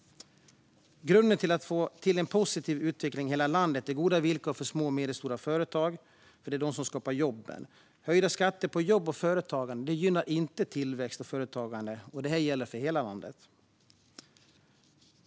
Grunden till att få en positiv utveckling i hela landet är goda villkor för små och medelstora företag, för det är de som skapar jobben. Höjda skatter på jobb och företagande gynnar inte tillväxt och företagande, och det gäller för hela landet.